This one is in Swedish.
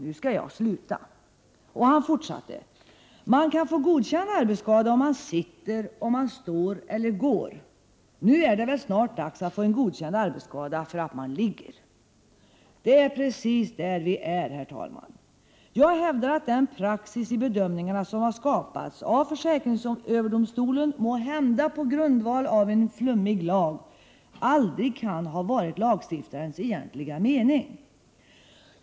Nu skall jag sluta.” Han fortsatte: ”Man kan få godkänd arbetsskada om man sitter, om man står eller går. Nu är det väl snart dags att få en godkänd arbetsskada därför att man ligger.” Det är precis där vi är, herr talman. Jag hävdar att den praxis i bedömningarna som skapats av försäkringsöverdomstolen, måhända på grundval av en flummig lag, aldrig kan ha varit lagstiftarens egentliga mening.